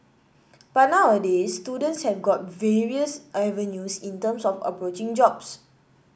but nowadays students have got various avenues in terms of approaching jobs